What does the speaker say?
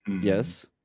Yes